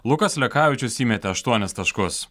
lukas lekavičius įmetė aštuonis taškus